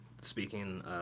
speaking